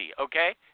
okay